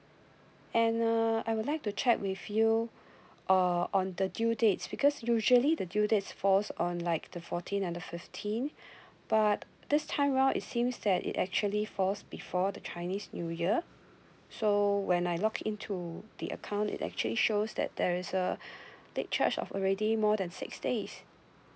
and uh I would like to check with you uh on the due date because usually the due date falls on like the fourteen or the fifteen but this time round it seems that it actually falls before the chinese new year so when I login to the account it actually shows that there is uh late charge of already more than six days